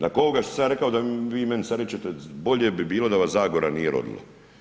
Nakon ovoga što sam ja rekao, da vi meni sad reće bolje bi bilo da vas Zagora nije rodila.